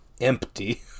empty